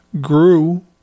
grew